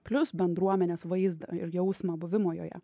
plius bendruomenės vaizdą ir jausmą buvimo joje